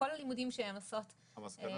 בכל הלימודים שהן לומדות בתיכון.